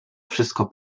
wszystko